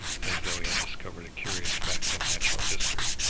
as though he had discovered a curious fact in natural history.